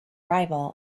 rival